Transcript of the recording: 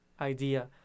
idea